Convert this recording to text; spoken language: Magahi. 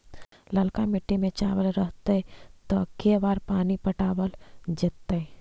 ललका मिट्टी में चावल रहतै त के बार पानी पटावल जेतै?